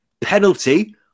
penalty